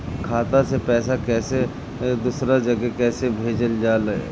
खाता से पैसा कैसे दूसरा जगह कैसे भेजल जा ले?